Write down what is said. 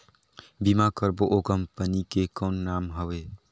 बीमा करबो ओ कंपनी के कौन नाम हवे?